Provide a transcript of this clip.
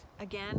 again